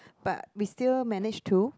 but we still manage to